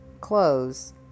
close